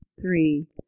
three